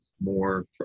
more